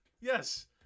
Yes